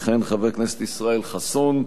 יכהן חבר הכנסת ישראל חסון,